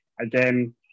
again